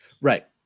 Right